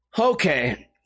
Okay